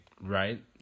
Right